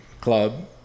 Club